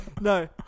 No